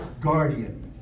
guardian